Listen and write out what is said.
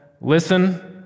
listen